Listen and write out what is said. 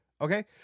okay